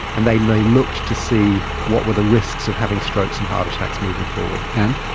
and they looked to see what were the risks of having strokes and heart attacks moving forward. and?